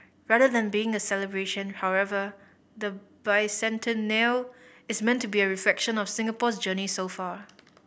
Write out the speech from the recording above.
rather than being a celebration however the bicentennial is meant to be a reflection on Singapore's journey so far